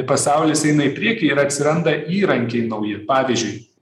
pasaulis eina į priekį ir atsiranda įrankiai nauji pavyzdžiui